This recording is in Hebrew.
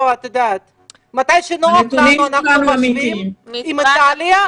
--- מתי שנוח לנו אנחנו משווים אם הייתה עלייה.